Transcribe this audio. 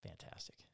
Fantastic